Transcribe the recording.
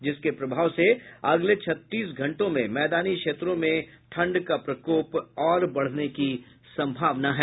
जिसके प्रभाव से अगले छत्तीस घंटों में मैदानी क्षेत्रों में ठंड का प्रकोप और बढ़ने की संभावना है